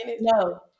No